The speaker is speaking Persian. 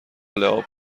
لعاب